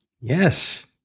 Yes